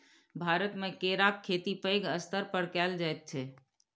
भारतमे केराक खेती पैघ स्तर पर कएल जाइत छै